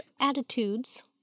Attitudes